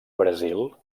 brasil